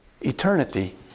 eternity